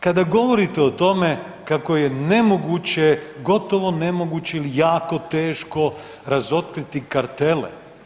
Kada govorite o tome kako je nemoguće, gotovo nemoguće ili jako teško razotkriti kartele.